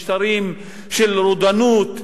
משטרים של רודנות,